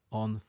on